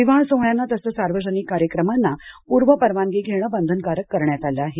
विवाह सोहळ्यांना तसंच सार्वजनिक कार्यक्रमांना पूर्वपरवानगी घेण बंधनकारक करण्यात आलं आहे